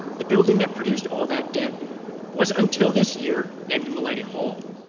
the building that produced all that debt was until this year named mulledy hall.